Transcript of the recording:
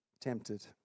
tempted